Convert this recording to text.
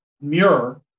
Muir